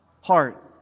heart